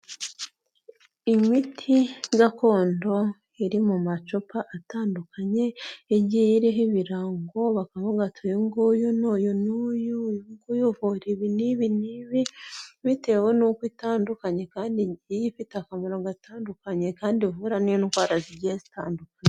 Imiti gakondo iri mu macupa atandukanye igiye iriho ibirango, bakavuga ati '' uyu nguyu ni uyu n'uyu, uyu nguyu uvura ibi n'ibi n'ibi '' bitewe n'uko itandukanye kandi igye ifite akamaro gatandukanye kandi ivura n'indwara zigiye zitandukanye.